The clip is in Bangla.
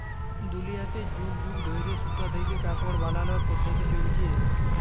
দুলিয়াতে যুগ যুগ ধইরে সুতা থ্যাইকে কাপড় বালালর পদ্ধতি চইলছে